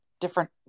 different